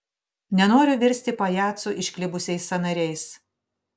nenoriu virsti pajacu išklibusiais sąnariais